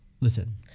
Listen